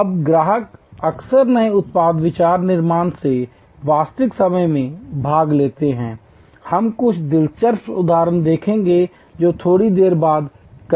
अब ग्राहक अक्सर नए उत्पाद विचार निर्माण में वास्तविक समय में भाग लेते हैं हम कुछ दिलचस्प उदाहरण देखेंगे जो थोड़ी देर बाद कहेंगे